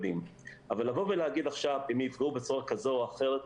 אבל לבוא ולהגיד הם נפגעו בצורה כזו או אחרת,